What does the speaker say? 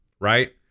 right